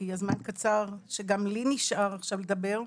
כי הזמן קצר שגם לי נשאר עכשיו לדבר.